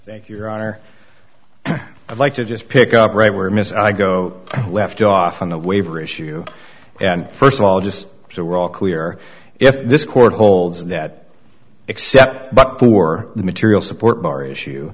you your honor i'd like to just pick up right where miss i go left off on the waiver issue and st of all just so we're all clear if this court holds that except for the material support bar issue